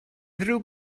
ddrwg